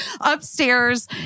upstairs